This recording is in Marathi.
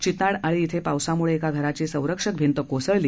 चिताड आळी इथं पावसामुळे एका घराची संरक्षक भिंत कोसळली